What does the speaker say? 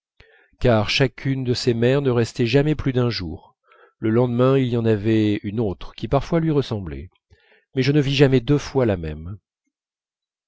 car chacune de ces mers ne restait jamais plus d'un jour le lendemain il y en avait une autre qui parfois lui ressemblait mais je ne vis jamais deux fois la même